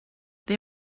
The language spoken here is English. they